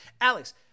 Alex